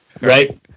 Right